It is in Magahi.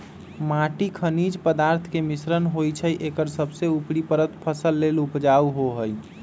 माटी खनिज पदार्थ के मिश्रण होइ छइ एकर सबसे उपरी परत फसल लेल उपजाऊ होहइ